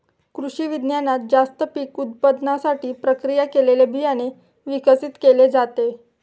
कृषिविज्ञानात जास्त पीक उत्पादनासाठी प्रक्रिया केलेले बियाणे विकसित केले जाते